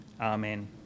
Amen